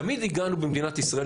תמיד הגענו במדינת ישראל,